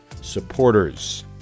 supporters